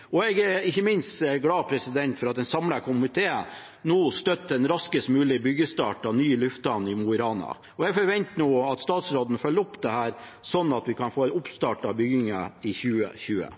om. Jeg er ikke minst glad for at en samlet komité nå støtter en raskest mulig byggestart av ny lufthavn i Mo i Rana. Jeg forventer at statsråden følger opp dette, sånn at vi kan få en oppstart av byggingen i 2020.